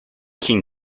can